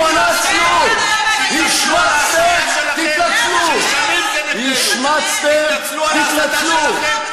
לא, בטח לא מהכיסא שבו הוא ישב, תתנצלו.